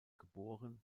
geboren